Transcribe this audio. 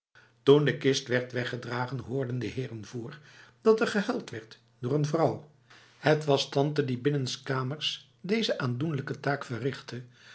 toen de kist werd weggedragen hoorden de heren vr dat er gehuild werd door een vrouw het was tante die binnenskamers deze aandoenlijke taak verrichtte